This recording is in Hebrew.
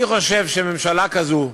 אני חושב שממשלה כזאת,